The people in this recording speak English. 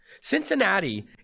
Cincinnati